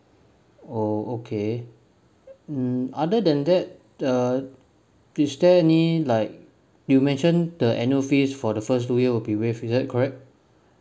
oh okay um other than that uh is there any like you mention the annual fees for the first two year will be waived is that correct